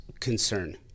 Concern